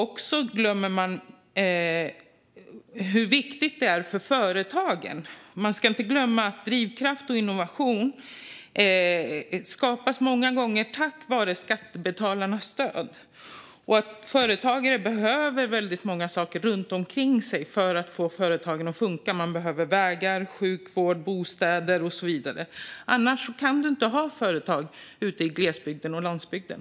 Man glömmer också hur viktigt det är för företagen. Man ska inte glömma att drivkraft och innovation många gånger skapas tack vare skattebetalarnas stöd. Företagare behöver väldigt många saker runt omkring sig för att få företagen att funka. Man behöver vägar, sjukvård, bostäder och så vidare. Annars kan man inte ha företag ute i gles och landsbygden.